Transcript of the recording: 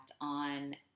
on